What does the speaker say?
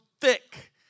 thick